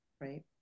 right